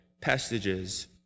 passages